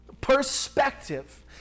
perspective